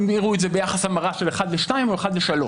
המירו את זה ביחס המרה של אחד לשתיים או אחד לשלוש.